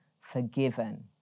forgiven